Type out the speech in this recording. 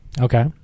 okay